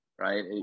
right